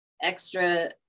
extra